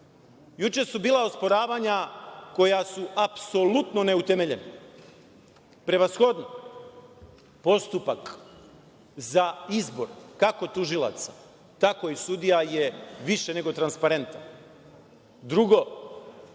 su bila osporavanja koja su apsolutno neutemeljena. Prevashodno, postupak za izbor kako tužilaca, tako i sudija je više nego transparentan. Drugo,